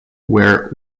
where